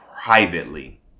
Privately